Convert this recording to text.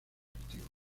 activos